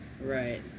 Right